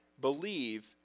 believe